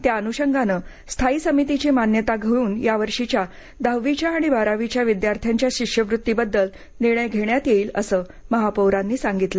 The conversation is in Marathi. त्या अनुषंगाने स्थायी समितीची मान्यता घेऊन यावर्षीच्या दहावी आणि बारावीच्या विद्यार्थ्यांच्या शिष्यवृत्ती बद्दल निर्णय घेण्यात जाईल असं महापौरांनी सांगितलं